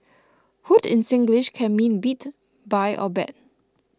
hoot in Singlish can mean beat buy or bet